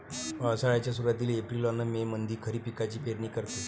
पावसाळ्याच्या सुरुवातीले एप्रिल अन मे मंधी खरीप पिकाची पेरनी करते